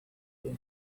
him